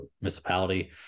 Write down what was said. municipality